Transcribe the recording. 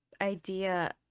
idea